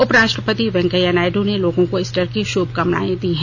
उपराष्ट्रपति वेंकैया नायडू ने लोगों ईस्टर की शुभकामनाएं दी हैं